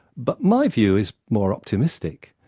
but my view is more optimistic.